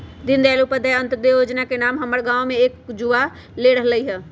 दीनदयाल उपाध्याय अंत्योदय जोजना के नाम हमर गांव के कुछ जुवा ले रहल हइ